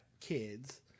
kids